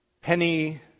Penny